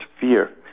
fear